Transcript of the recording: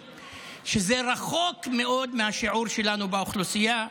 רחוק מאוד מהשיעור שלנו באוכלוסייה,